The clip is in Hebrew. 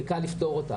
וקל לפתור אותה.